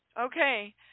Okay